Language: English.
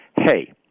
hey